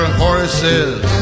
horses